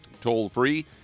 toll-free